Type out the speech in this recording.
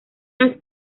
las